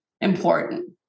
important